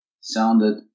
sounded